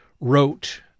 wrote